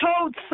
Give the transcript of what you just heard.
told